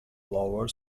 lower